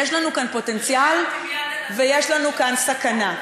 יש לנו כאן פוטנציאל ויש לנו כאן סכנה.